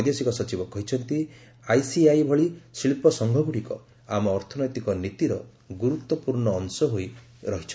ବୈଦେଶିକ ସଚିବ କହିଛନ୍ତି ଆଇସିଏଆଇ ଭଳି ଶିଳ୍ପସଂଘଗୁଡ଼ିକ ଆମ ଅର୍ଥନୈତିକ ନୀତିର ଗୁରୁତ୍ୱପୂର୍ଣ୍ଣ ଅଶ ହୋଇ ରହିଛନ୍ତି